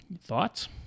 Thoughts